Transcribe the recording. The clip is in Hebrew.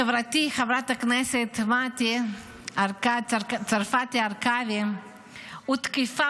חברתי חברת הכנסת מטי צרפתי הרכבי הותקפה